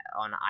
On